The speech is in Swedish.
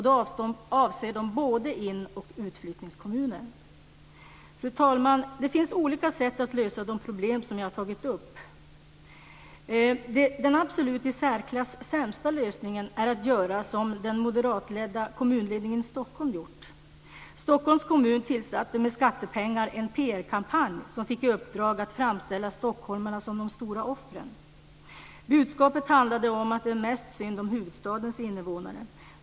Då avser man både in och utflyttningskommunerna. Fru talman! Det finns olika sätt att lösa de problem som jag har tagit upp. Den i särklass absolut sämsta lösningen är att göra som den moderatledda kommunledningen i Stockholm gjort. Stockholms kommun tillsatte med skattepengar en PR-kampanj som fick i uppdrag att framställa stockholmarna som de stora offren. Budskapet handlade om att det är mest synd om huvudstadens innevånare.